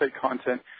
content